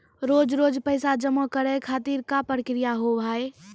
रोज रोज पैसा जमा करे खातिर का प्रक्रिया होव हेय?